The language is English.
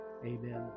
amen